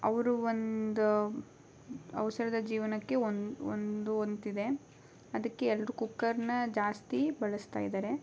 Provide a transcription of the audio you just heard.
ಅವರು ಒಂದು ಅವಸರದ ಜೀವನಕ್ಕೆ ಒಂದು ಹೊಂದುವಂತಿದೆ ಅದಕ್ಕೆ ಎಲ್ಲರೂ ಕುಕ್ಕರನ್ನ ಜಾಸ್ತಿ ಬಳಸ್ತಾ ಇದ್ದಾರೆ